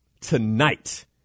tonight